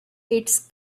its